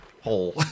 hole